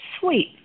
sweet